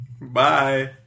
Bye